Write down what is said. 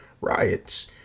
riots